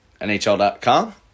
NHL.com